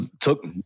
took